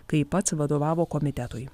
kai pats vadovavo komitetui